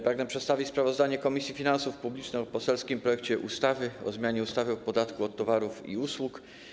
Pragnę przedstawić sprawozdanie Komisji Finansów Publicznych o poselskim projekcie ustawy o zmianie ustawy o podatku od towarów i usług.